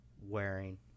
wearing